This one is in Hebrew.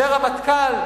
זה רמטכ"ל,